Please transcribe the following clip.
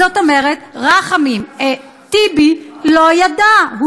זאת אומרת, רחמים, אה, טיבי, לא ידע.